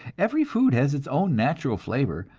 every food has its own natural flavor,